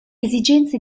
esigenze